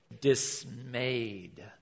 Dismayed